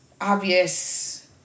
obvious